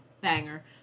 Banger